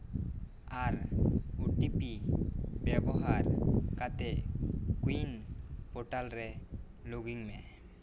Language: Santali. ᱟᱨ ᱳᱴᱤᱯᱤ ᱵᱮᱵᱚᱦᱟᱨ ᱠᱟᱛᱮ ᱠᱩᱭᱤᱱ ᱯᱚᱨᱴᱟᱞ ᱨᱮ ᱞᱚᱜᱤᱱ ᱢᱮ